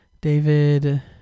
David